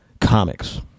comics